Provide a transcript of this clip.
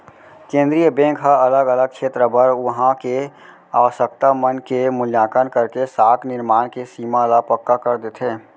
केंद्रीय बेंक ह अलग अलग छेत्र बर उहाँ के आवासकता मन के मुल्याकंन करके साख निरमान के सीमा ल पक्का कर देथे